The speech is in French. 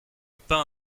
pain